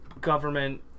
government